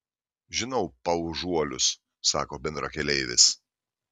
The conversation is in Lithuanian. žinau paužuolius sako bendrakeleivis